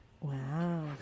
Wow